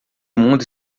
mundo